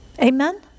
Amen